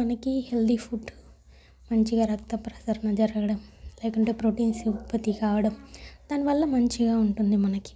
మనకి healthy food మంచిగా రక్త ప్రసరణ జరగడం లేదంటే ప్రోటీన్ సింపతీ కావడం దానివల్ల మంచిగా ఉంటుంది మనకి